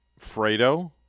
Fredo